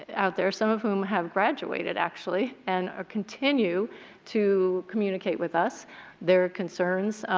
out there. some of whom have graduated, actually and ah continue to communicate with us their concerns.